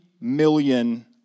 million